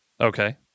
Okay